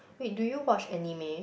wait do you watch anime